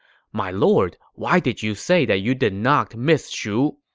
my lord, why did you say that you did not miss shu?